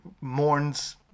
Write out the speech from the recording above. mourns